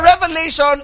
revelation